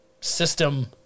system